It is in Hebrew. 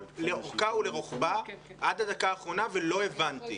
לאורכה ולרוחבה עד הדקה האחרונה ולא הבנתי.